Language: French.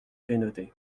bénodet